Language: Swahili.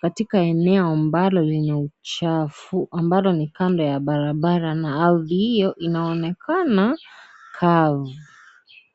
katika eneo ambalo lenye uchafu ambalo ni kando ya barabara na na ardi hiyo inaonekana kavu.